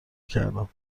کردم